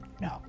No